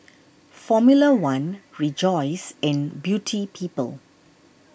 formula one Rejoice and Beauty People